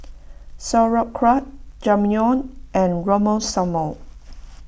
Sauerkraut Ramyeon and Monsunabe